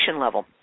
level